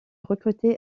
recteur